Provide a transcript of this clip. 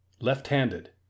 left-handed